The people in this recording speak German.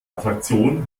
attraktion